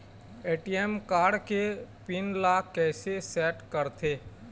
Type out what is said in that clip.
ATM card के pin ला कैसे सेट करथे?